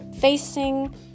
facing